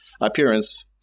appearance